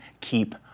keep